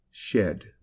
shed